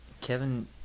Kevin